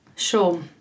Sure